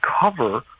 cover